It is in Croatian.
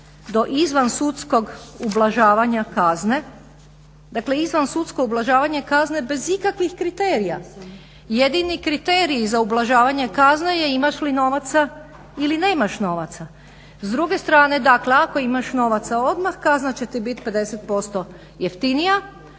do izvan sudskog ublažavanja kazne. Dakle izvan sudsko ublažavanje kazne bez ikakvih kriterija. Jedini kriterij za ublažavanje kazne je imaš li novaca ili nemaš novaca. S druge strane dakle ako imaš novaca odmah kazna će ti biti 50% jeftinija